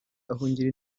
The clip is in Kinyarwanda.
ahungira